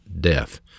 death